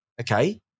okay